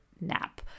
nap